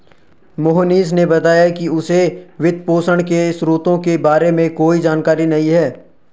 मोहनीश ने बताया कि उसे वित्तपोषण के स्रोतों के बारे में कोई जानकारी नही है